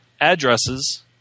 addresses